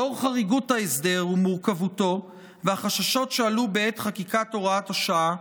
לאור חריגות ההסדר ומורכבותו והחששות שעלו בעת חקיקת הוראת השעה,